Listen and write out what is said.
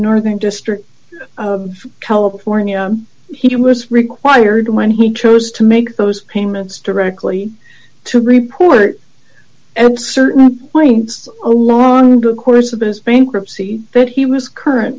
northern district of california he was required when he chose to make those payments directly to report points along the course of those bankruptcy that he was current